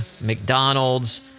McDonald's